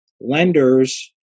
Lenders